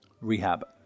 Rehab